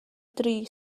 dri